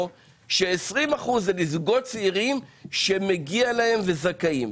ש-20% זה לזוגות צעירים שמגיע להם וזכאים.